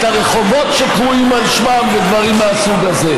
הרחובות שקרויים על שמם ודברים מהסוג הזה.